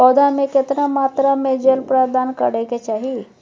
पौधा में केतना मात्रा में जल प्रदान करै के चाही?